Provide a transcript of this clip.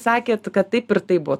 sakėt kad taip ir taip buvo